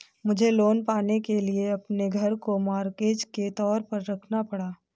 मुझे लोन पाने के लिए अपने घर को मॉर्टगेज के तौर पर रखना पड़ा